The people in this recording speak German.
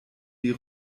die